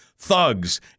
thugs